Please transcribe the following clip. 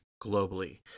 globally